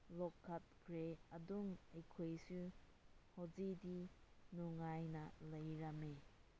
ꯂꯧꯈꯠꯈ꯭ꯔꯦ ꯑꯗꯨꯝ ꯑꯩꯈꯣꯏꯁꯨ ꯍꯧꯖꯤꯛꯇꯤ ꯅꯨꯡꯉꯥꯏꯅ ꯂꯩꯔꯝꯃꯤ